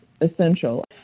Essential